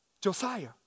Josiah